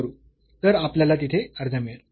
तर आपल्याला तिथे अर्धा मिळेल